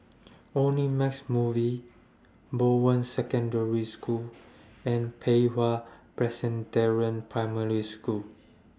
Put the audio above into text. Omnimax Movies Bowen Secondary School and Pei Hwa Presbyterian Primary School